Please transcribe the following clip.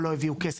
או לא הביאו כסף,